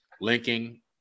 linking